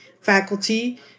faculty